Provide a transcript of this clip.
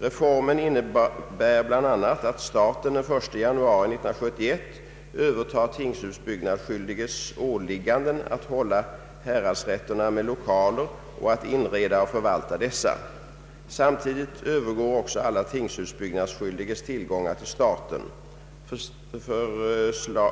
Reformen innebär bl.a. att staten den 1 januari 1971 övertar tingshusbyggnadsskyldiges åligganden att hålla häradsrätterna med lokaler och att inreda och förvalta dessa. Samtidigt övergår också alla tingshusbyggnadsskyldiges tillgångar till staten.